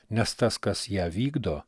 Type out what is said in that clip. nes tas kas ją vykdo